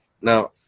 Now